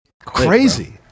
crazy